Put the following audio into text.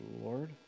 Lord